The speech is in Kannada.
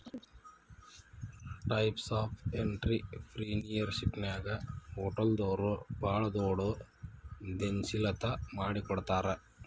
ಟೈಪ್ಸ್ ಆಫ್ ಎನ್ಟ್ರಿಪ್ರಿನಿಯರ್ಶಿಪ್ನ್ಯಾಗ ಹೊಟಲ್ದೊರು ಭಾಳ್ ದೊಡುದ್ಯಂಶೇಲತಾ ಮಾಡಿಕೊಡ್ತಾರ